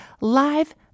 Live